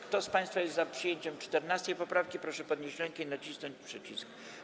Kto z państwa jest za przyjęciem 14. poprawki, proszę podnieść rękę i nacisnąć przycisk.